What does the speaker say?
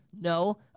No